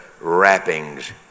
wrappings